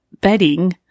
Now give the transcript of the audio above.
bedding